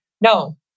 no